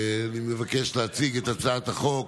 נעבור כעת לנושא הבא, הצעת חוק